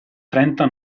trenta